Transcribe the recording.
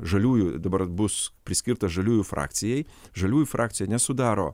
žaliųjų dabar bus priskirta žaliųjų frakcijai žaliųjų frakcija nesudaro